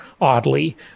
oddly